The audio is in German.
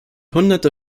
hunderte